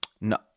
no